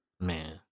Man